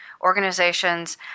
organizations